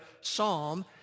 psalm